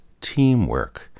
teamwork